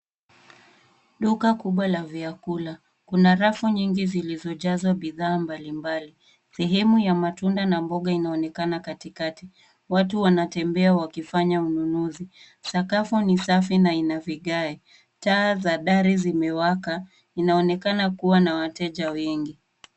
Duka kubwa la vyakula , kuna rafu nyingi zilizojazwa bidhaa mbalimbali . Sehemu ya matunda na mboga inaonekana katikati , watu wanatembea wakifanya ununuzi , sakafu ni safi na ina vigae . Taa za dari zimewaka , inaonekana kuwa na wateja wengi.